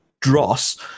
dross